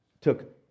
took